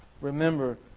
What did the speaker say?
Remember